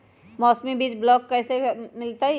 मौसमी बीज ब्लॉक से कैसे मिलताई?